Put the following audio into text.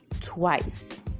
twice